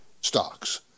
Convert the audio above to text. stocks